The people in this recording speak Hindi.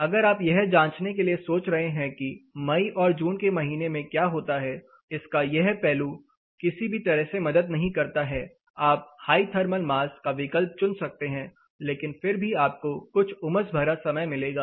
अगर आप यह जांचने के लिए सोच रहे हैं कि मई और जून के महीने में क्या होता है इसका यह पहलू किसी भी तरह से मदद नहीं करता है आप हाई थर्मल मास का विकल्प चुन सकते हैं लेकिन फिर भी आपको कुछ उमस भरा समय मिलेगा